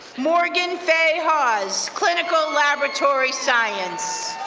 morgan fay hawes, clinical laboratory science.